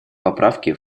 поправки